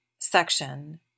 section